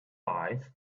lives